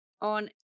on